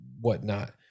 whatnot